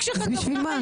החוק שלך גם ככה ירד.